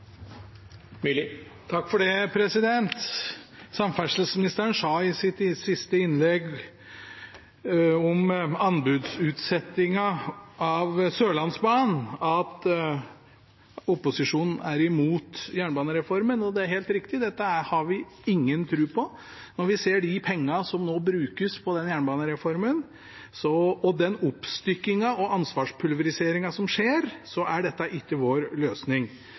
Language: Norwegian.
imot jernbanereformen. Det er helt riktig – dette har vi ingen tro på. Når vi ser de pengene som nå brukes på den jernbanereformen, og den oppstykkingen og ansvarspulveriseringen som skjer, er ikke dette vår løsning.